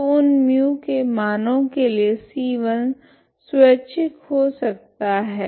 तो उन μ के मानों के लिए c1 स्वाईचिक हो सकते है